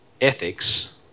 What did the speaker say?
ethics